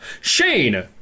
Shane